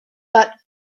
but